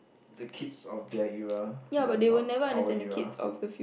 the kids of their era but not our era